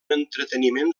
entreteniment